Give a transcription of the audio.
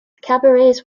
cabarets